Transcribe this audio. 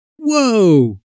Whoa